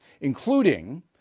including